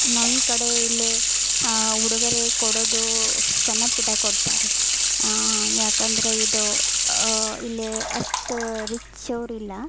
ನಮ್ಮ ಕಡೆ ಇಲ್ಲಿ ಉಡುಗೊರೆ ಕೊಡೋದು ಸಣ್ಣಪುಟ್ಟ ಕೊಡ್ತಾರೆ ಏಕಂದ್ರೆ ಇದು ಇಲ್ಲಿ ಅಷ್ಟು ರಿಚ್ ಅವರಿಲ್ಲ